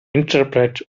interpret